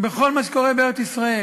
בכל מה שקורה בארץ-ישראל.